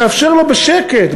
ותאפשר לו בשקט,